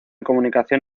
comunicación